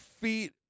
feet